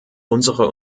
unsere